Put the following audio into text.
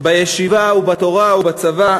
בישיבה ובתורה ובצבא.